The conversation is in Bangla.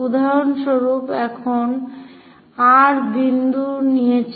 উদাহরণস্বরূপ এখানে R বিন্দু নিয়েছি